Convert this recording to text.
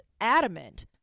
adamant